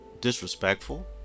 disrespectful